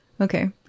Okay